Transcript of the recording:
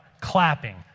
clapping